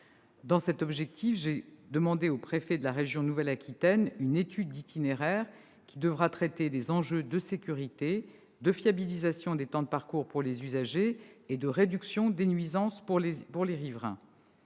Dans ce but, j'ai commandé au préfet de la région Nouvelle-Aquitaine une étude d'itinéraire, qui devra traiter des enjeux de sécurité, de fiabilisation des temps de parcours pour les usagers et de réduction des nuisances pour les riverains.